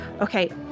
okay